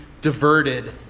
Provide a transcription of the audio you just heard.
diverted